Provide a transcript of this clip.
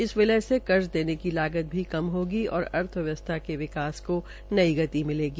इस विलय से कर्ज देने की लागत भी होगी और अर्थव्यवस्था के विकास को नई गति मिलेगी